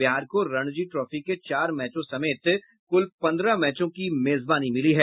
बिहार को रणजी ट्रॉफी के चार मैचों समेत कुल पन्द्रह मैचों की मेजबानी मिली है